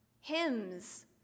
Hymns